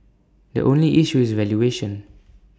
the only issue is valuation